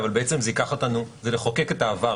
זה לחוקק את העבר,